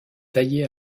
taillé